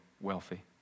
wealthy